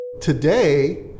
today